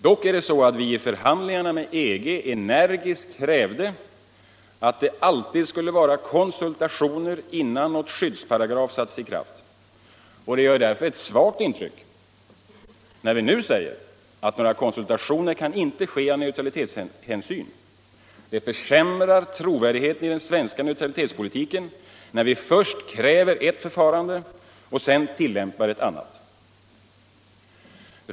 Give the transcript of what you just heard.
Dock är det så att vi i förhandlingarna med EG energiskt krävde att det alltid skulie vara konsultationer innan någon skyddsparagraf sattes i kraft. Det gör därför ett svagt intryck när vi nu säger att några konsultationer inte kan ske av neutralitetshänsyn. Det försämrar trovärdigheten i den svenska neutralitetspolitiken när vi först kräver ett förfarande och sedan tilllämpar ett annat.